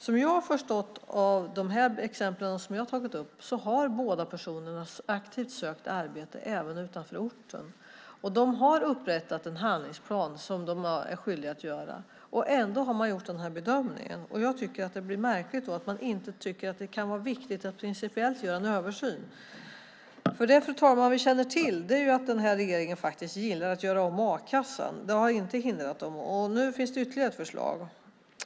Som jag har förstått det av de exempel jag har tagit upp har båda personerna aktivt sökt arbete även utanför orten. De har upprättat en handlingsplan, som de är skyldiga att göra. Ändå har man gjort den här bedömningen. Jag tycker att det blir märkligt att man inte tycker att det kan vara viktigt att principiellt göra en översyn. Det vi känner till, fru talman, är att regeringen gillar att göra om a-kassan. Det har inte hindrat dem. Nu finns det ytterligare ett förslag.